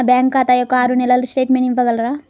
నా బ్యాంకు ఖాతా యొక్క ఆరు నెలల స్టేట్మెంట్ ఇవ్వగలరా?